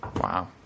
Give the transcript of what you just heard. Wow